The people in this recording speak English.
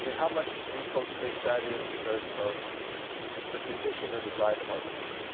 but how much do you folks think that is because of the condition or design of our roads?